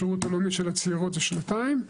בשירות הלאומי של הצעירות זה שנתיים.